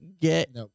get